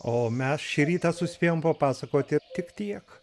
o mes šį rytą suspėjom papasakoti tik tiek